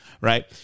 Right